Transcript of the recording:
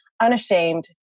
Unashamed